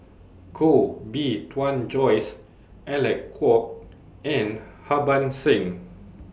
Koh Bee Tuan Joyce Alec Kuok and Harbans Singh